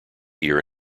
year